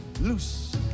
loose